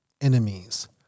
enemies